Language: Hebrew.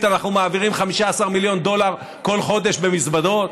אנחנו מעבירים 15 מיליון דולר כל חודש במזוודות.